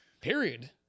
period